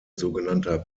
sogenannter